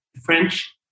French